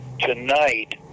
tonight